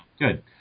good